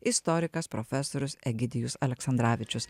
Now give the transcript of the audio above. istorikas profesorius egidijus aleksandravičius